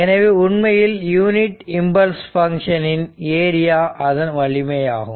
எனவே உண்மையில் unit impulse function இன் ஏரியா அதன் வலிமையாகும்